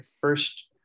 first